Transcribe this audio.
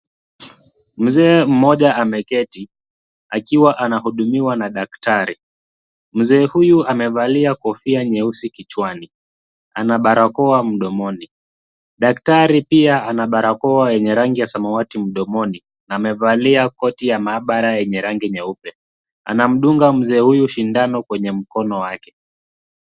Mzee mmoja ameketi, akiwa anahudumiwa na daktari. Mzee huyu amevalia kofia nyeusi kichwani. Ana barakoa mdomoni. Daktari pia ana barakoa yenye rangi ya samawati mdomoni na amevalia koti ya maabara yenye rangi nyeupe. Anamdunga mzee huyu sindano kwenye mkono wake.